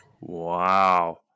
Wow